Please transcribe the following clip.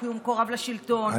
כי הוא מקורב לשלטון,